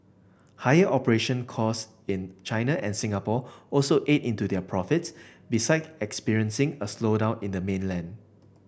higher operation costs in China and Singapore also ate into their profits beside experiencing a slowdown in the mainland